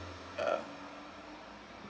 ah